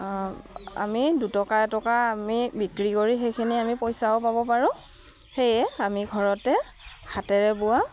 আমি দুটকা এটকা আমি বিক্ৰী কৰি সেইখিনি আমি পইচাও পাব পাৰোঁ সেয়ে আমি ঘৰতে হাতেৰে বোৱা